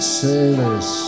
sailors